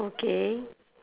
K